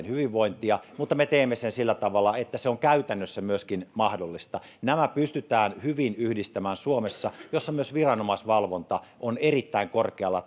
hyvinvointia mutta me teemme sen sillä tavalla että se on käytännössä myöskin mahdollista nämä pystytään hyvin yhdistämään suomessa missä myös viranomaisvalvonta on erittäin korkealla